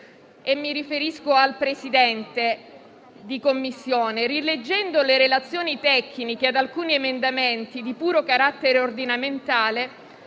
e mi riferisco al Presidente di Commissione - rileggendo le relazioni tecniche ad alcuni emendamenti di puro carattere ordinamentale,